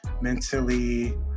mentally